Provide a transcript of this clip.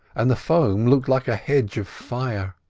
and the foam looked like a hedge of fire.